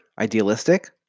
idealistic